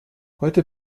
heute